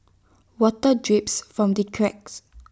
water drips from the cracks